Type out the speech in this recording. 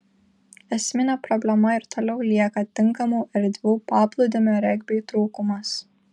esminė problema ir toliau lieka tinkamų erdvių paplūdimio regbiui trūkumas